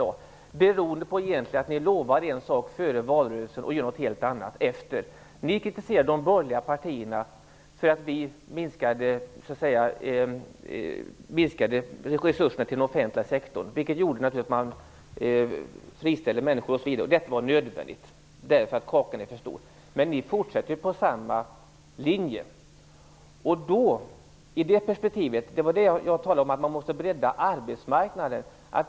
Det beror på att ni lovade en sak före valrörelsen och gör något helt annat efter den. Ni kritiserade de borgerliga partierna för att vi minskade på resurserna till den offentliga sektorn, vilket gjorde att människor friställdes. Detta var nödvändigt, eftersom kakan var för stor. Men ni fortsätter ju på samma linje! Det var i det perspektivet som jag talade om att man måste bredda arbetsmarknaden.